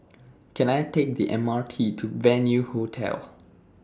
Can I Take The M R T to Venue Hotel